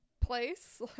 place